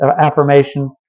affirmation